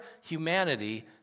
humanity